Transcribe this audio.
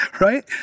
right